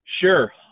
Sure